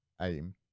aim